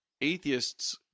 atheists